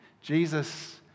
Jesus